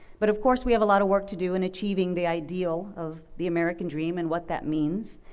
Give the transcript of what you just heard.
but of course we have a lot of work to do in achieving the ideal of the american dream and what that means,